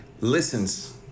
listens